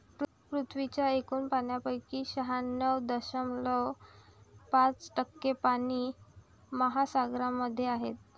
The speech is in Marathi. पृथ्वीच्या एकूण पाण्यापैकी शहाण्णव दशमलव पाच टक्के पाणी महासागरांमध्ये आहे